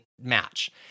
match